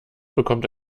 bekommt